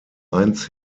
eins